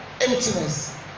emptiness